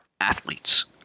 athletes